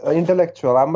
intellectual